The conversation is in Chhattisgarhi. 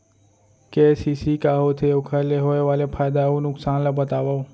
के.सी.सी का होथे, ओखर ले होय वाले फायदा अऊ नुकसान ला बतावव?